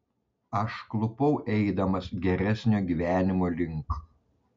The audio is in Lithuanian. aš klupau eidamas geresnio gyvenimo link